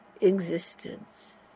existence